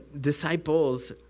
disciples